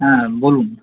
হ্যাঁ বলুন